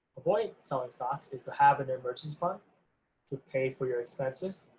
avoid selling stocks is to have an emergency fund to pay for your expenses.